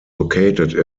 located